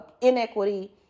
inequity